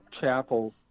Chapel